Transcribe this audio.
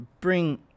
Bring